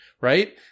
right